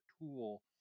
tool